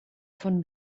von